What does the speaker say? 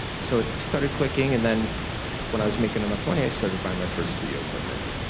so it started clicking and then when i was making enough money, i started buy my first studio equipment.